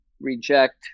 reject